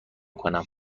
کنم